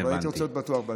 אבל רציתי להיות בטוח בעצמי.